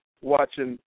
watching